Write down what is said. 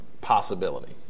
possibility